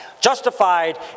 Justified